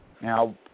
Now